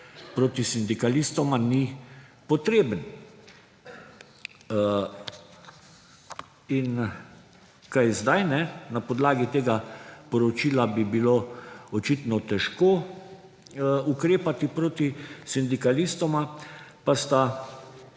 proti sindikalistoma ni potreben. In kaj zdaj? Na podlagi tega poročila bi bilo očitno težko ukrepati proti sindikalistoma, pa sta